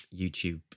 YouTube